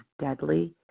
deadly